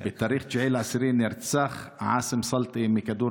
בתאריך 9 באוקטובר נרצח עאסם סלטי מכדור